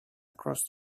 across